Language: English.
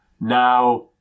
now